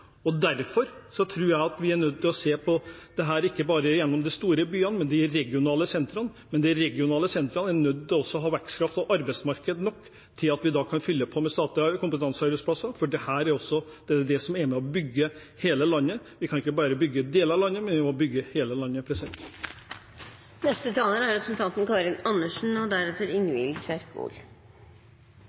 Derfor tror jeg vi er nødt til å se på dette ikke bare gjennom de store byene, men også gjennom de regionale sentrene. Men de regionale sentrene er nødt til å ha et arbeidsmarked med vekstkraft nok til at vi kan fylle på med statlige kompetansearbeidsplasser, for dette er også det som er med på å bygge hele landet. Vi kan ikke bygge bare deler av landet, vi må bygge hele landet. Vi skal bygge hele landet. Det er